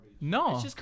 No